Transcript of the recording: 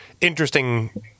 interesting